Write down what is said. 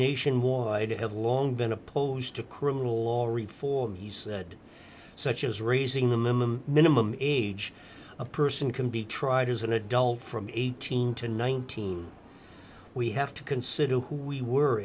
nationwide have long been opposed to criminal law reform he said such as raising the minimum minimum age a person can be tried as an adult from eighteen to nineteen we have to consider who we were